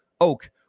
oak